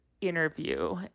interview